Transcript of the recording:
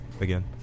again